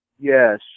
Yes